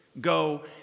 go